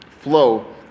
flow